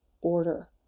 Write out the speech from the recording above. order